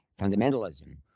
fundamentalism